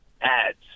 ads